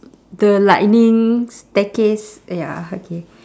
the lightning staircase ya okay